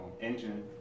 engine